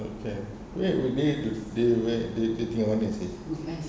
okay where would they do they wear the the thing on